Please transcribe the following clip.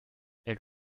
elle